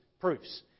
proofs